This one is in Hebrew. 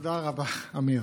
תודה רבה, עמיר.